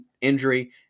injury